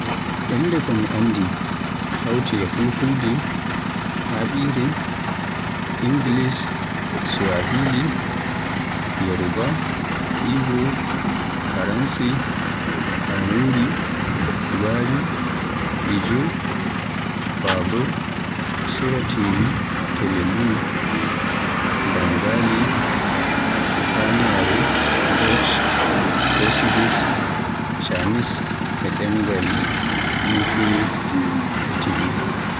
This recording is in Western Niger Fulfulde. Ɗemle ko mi anndi hawti e Fulfulde, Haɓirde, Ingiliss, Swahili, Yaroba, Igbo, Faranse, kanuri, gwari, Ijaw, babur, siratire, Telugu, Bengali, spaniyaare, Dutch, Portuguese, Chinese e demgal nupe, e tivi.